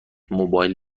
موبایل